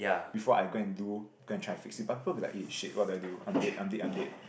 before I go and do go and try fix it but people will be like eh shit what do I do I'm dead I'm dead I'm dead